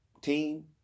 team